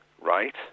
right